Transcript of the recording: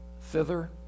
thither